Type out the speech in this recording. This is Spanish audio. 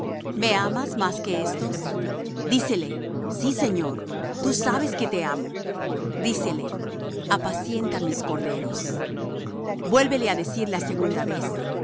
amas más que estos dícele sí señor tú sabes que te amo dícele apacienta mis corderos vuélvele á decir la segunda vez